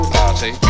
party